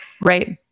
right